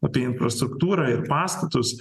apie infrastruktūrą ir pastatus